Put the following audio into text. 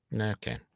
Okay